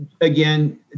again